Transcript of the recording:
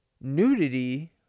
nudity